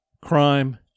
crime